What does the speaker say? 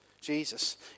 Jesus